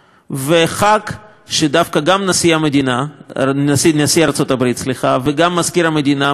החג שדווקא גם נשיא ארצות-הברית וגם מזכיר המדינה התעקשו